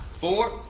four